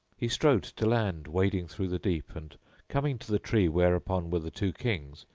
he strode to land, wading through the deep, and coming to the tree whereupon were the two kings,